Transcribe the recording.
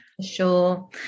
Sure